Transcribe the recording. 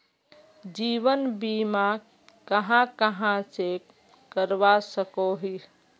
जीवन बीमा कहाँ कहाँ से करवा सकोहो ही?